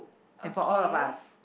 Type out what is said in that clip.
okay